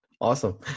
Awesome